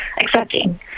accepting